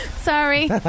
Sorry